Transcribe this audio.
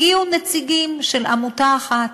הגיעו נציגים של עמותה אחת,